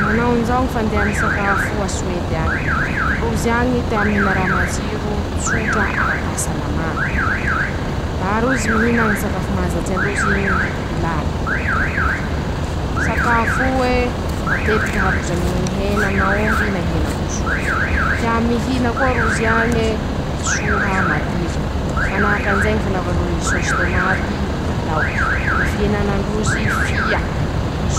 Manao an'izao ñy fandehany sakafo a Soedy añy: Rozy añy tea mihina raha matsiro, tsotra, arapahasalamà5, laha rozy mihina ñy sakafo mahazatsy androzy ñy kidibilà, sakafo e matetiky aharo ndrozy aminy ñy henan'aomby noho ñy henankoso5, tea mihina koa rozy añe tsoha madiro, manahakan'izay ñy fanaovandrozy ñy sôsy tômaty na laoky, ñy fihinanandrozy fia.